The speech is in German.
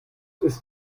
ist